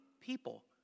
people